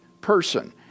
person